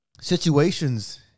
situations